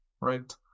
right